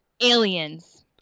Aliens